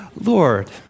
Lord